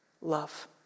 Love